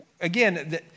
Again